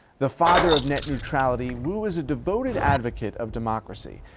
the father of net neutrality, wu is a devoted advocate of democracy.